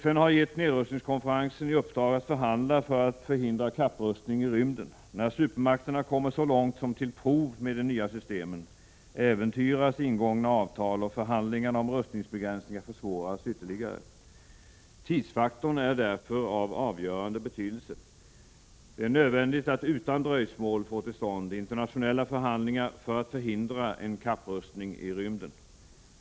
FN har gett nedrustningskonferensen i uppdrag att förhandla för att förhindra kapprustning i rymden. När supermakterna kommer så långt som till prov med de nya systemen äventyras ingångna avtal och förhandlingarna om rustningsbegränsningar försvåras ytterligare. Tidsfaktorn är därför av avgörande betydelse. Det är nödvändigt att utan dröjsmål få till stånd internationella förhandlingar för att förhindra en kapprustning i rymden.